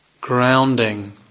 grounding